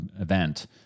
event